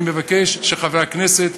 אני מבקש שחברי הכנסת,